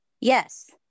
Yes